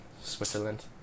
Switzerland